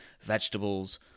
vegetables